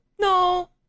no